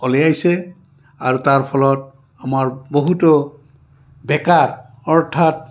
উলিয়াইছে আৰু তাৰ ফলত আমাৰ বহুতো বেকাৰ অৰ্থাৎ